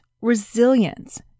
resilience